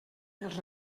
els